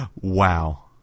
wow